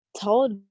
told